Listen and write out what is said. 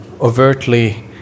overtly